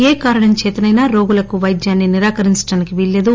ఏ కారణం చేతనైనా రోగులకు వైద్య నిరాకరించడానికి వీలులేదు